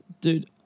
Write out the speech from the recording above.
Dude